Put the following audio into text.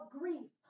grief